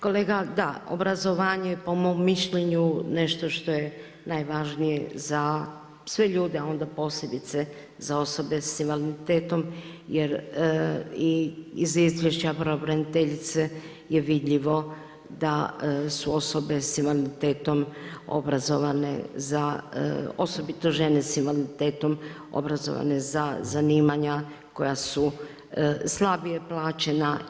Kolega da, obrazovanje, po mom mišljenju je nešto što je najvažnije za sve ljude a onda posebice za osobe s invaliditetom, jer iz izvješća pravobraniteljice, je vidljivo da su osobe s invaliditetom obrazovane za osobito žene s invaliditetom obrazovane za zanimanja koja su slabije plaćena.